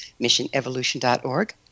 missionevolution.org